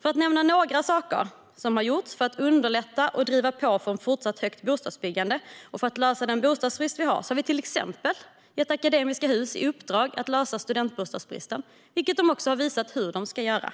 För att nämna några saker som har gjorts för att underlätta och driva på för ett fortsatt högt bostadsbyggande och för att lösa den bostadsbrist vi har så har vi till exempel gett Akademiska Hus i uppdrag att lösa studentbostadsbristen, och de har också visat hur de ska göra det.